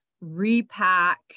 repack